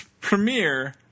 premiere